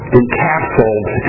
encapsulated